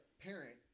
parent